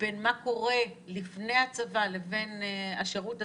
קורה לפני הצבא לבין השירות עצמו,